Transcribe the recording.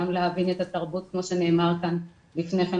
גם להבין כמו שנאמר כאן לפני כן,